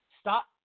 Stop